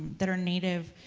that are native.